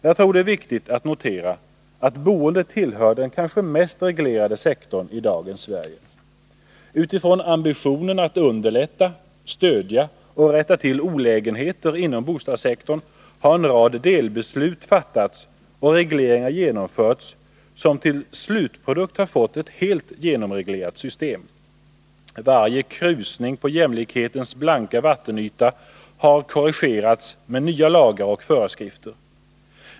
Jag tror det är viktigt att notera att boendet tillhör den kanske mest reglerade sektorn i dagens Sverige. Utifrån ambitionen att underlätta, stödja och rätta till olägenheter inom bostadssektorn har en rad delbeslut fattats och regleringar genomförts, som till slutprodukt har fått ett helt genomreglerat system. Varje krusning på jämlikhetens blanka vattenyta har korrigerats med nya lagar och föreskrifter.